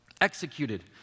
executed